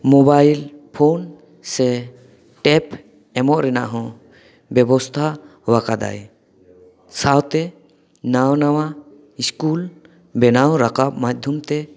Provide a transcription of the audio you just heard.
mobile phone ᱥᱮ tab ᱮᱢᱚᱜ ᱨᱮᱱᱟᱜ ᱦᱚᱸ ᱵᱮᱵᱚᱥᱛᱷᱟ ᱟᱠᱟᱫᱟᱭ ᱥᱟᱶᱛᱮ ᱱᱟᱣᱟ ᱱᱟᱣᱟ ᱤᱥᱠᱩᱞ ᱵᱮᱱᱟᱣ ᱨᱟᱠᱟᱵ ᱢᱟᱫᱽᱫᱷᱚᱢ ᱛᱮ